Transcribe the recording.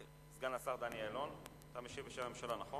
סגן השר דני אילון, אתה משיב בשם הממשלה.